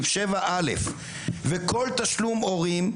כל תשלום הורים,